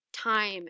time